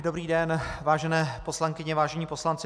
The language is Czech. Dobrý den, vážené poslankyně, vážení poslanci.